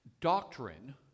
Doctrine